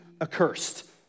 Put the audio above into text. accursed